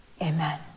Amen